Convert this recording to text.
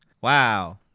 wow